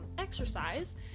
exercise